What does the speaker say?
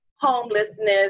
homelessness